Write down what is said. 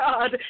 God